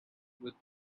with